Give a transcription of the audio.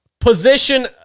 position